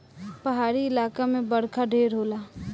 पहाड़ी इलाका मे बरखा ढेर होला